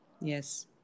Yes